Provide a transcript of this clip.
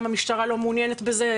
גם המשטרה לא מעוניינת בזה,